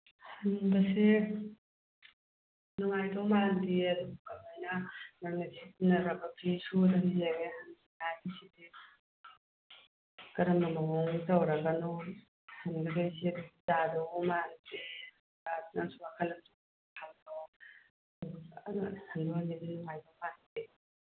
ꯍꯟꯕꯁꯦ ꯅꯨꯡꯉꯥꯏꯗꯧ ꯃꯥꯟꯗꯤꯌꯦ ꯑꯗꯨ ꯀꯃꯥꯏꯅ ꯅꯪꯅ ꯁꯤꯖꯤꯟꯅꯔꯕ ꯐꯤ ꯀꯔꯝꯕ ꯃꯣꯡꯗ ꯇꯧꯔꯒꯅꯣ ꯍꯟꯒꯗꯣꯏꯁꯦ ꯌꯥꯗꯧꯕꯨ ꯃꯥꯟꯗ꯭ꯔꯦ